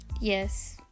yes